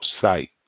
sight